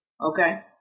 Okay